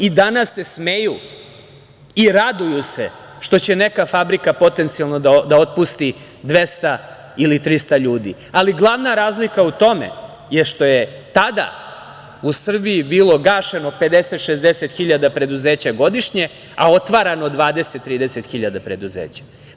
I danas se smeju i raduju se što će neka fabrika potencijalno da otpusti 200 ili 300 ljudi, ali glavna razlika u tome je što je tada u Srbiji bili gašeno 50, 60 hiljada preduzeća godišnje, a otvarano 20, 30 hiljada preduzeća.